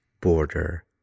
border